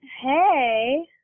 Hey